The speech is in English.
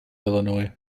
illinois